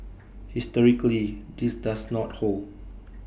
historically this does not hold